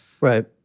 Right